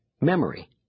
memory